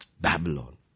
Babylon